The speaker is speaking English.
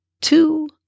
two